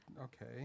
Okay